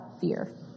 fear